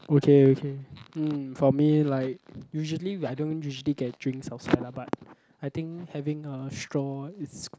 okay okay mm for me like usually I don't usually get drinks outside lah but I think having a straw is